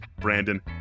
brandon